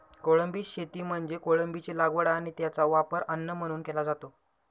कोळंबी शेती म्हणजे कोळंबीची लागवड आणि त्याचा वापर अन्न म्हणून केला जातो